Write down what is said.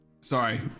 sorry